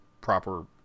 proper